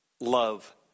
love